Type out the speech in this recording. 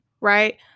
right